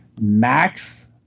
max